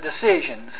decisions